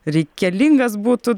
reikelingas būtų